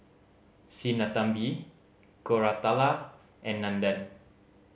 Sinnathamby Koratala and Nandan